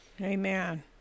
Amen